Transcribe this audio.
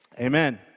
amen